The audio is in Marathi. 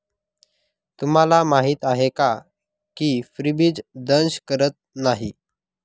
तुम्हाला माहीत आहे का की फ्रीबीज दंश करत नाही